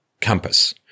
compass